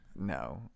No